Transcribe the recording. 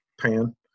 pan